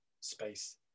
space